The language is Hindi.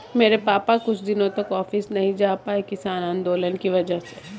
मेरे पापा कुछ दिनों तक ऑफिस नहीं जा पाए किसान आंदोलन की वजह से